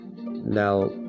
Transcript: Now